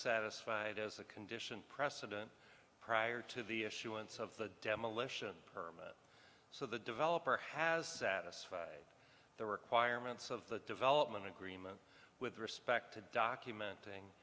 satisfied as a condition precedent prior to the issuance of the demolition permit so the developer has the requirements of the development agreement with respect to documenting